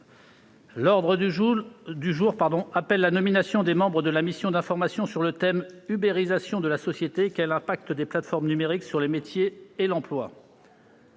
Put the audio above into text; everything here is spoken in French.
L'ordre du jour appelle la nomination des membres de la mission d'information sur le thème :« Uberisation de la société : quel impact des plateformes numériques sur les métiers et l'emploi ?»